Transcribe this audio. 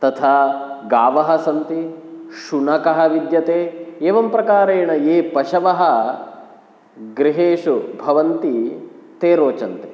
तथा गावः सन्ति शुनकः विद्यते एवं प्रकारेण ये पशवः गृहेषु भवन्ति ते रोचन्ते